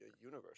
universe